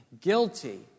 guilty